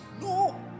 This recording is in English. No